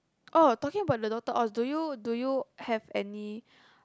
oh talking about the Doctor Oz do you do you have any